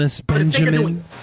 Benjamin